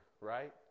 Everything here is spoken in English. right